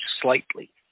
slightly